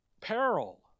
Peril